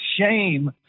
shame